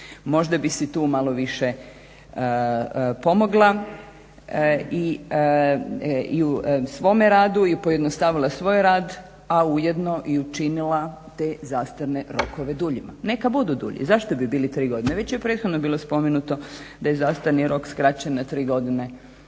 Možda bi si tu malo više pomogla i u svome radu i pojednostavila svoj rad, a ujedno i učinila te zastarne rokove duljima. Neka budu dulji, zašto bi bili tri godine. već je prethodno bilo spomenuto da je zastarni rok skraćen na tri godine